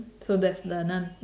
so that's the none